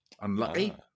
Unlucky